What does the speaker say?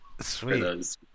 Sweet